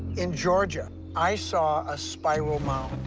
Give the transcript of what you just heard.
in georgia, i saw a spiral mound.